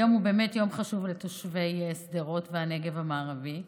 היום הוא באמת יום חשוב לתושבי שדרות והנגב המערבי,